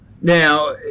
Now